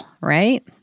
right